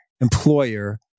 employer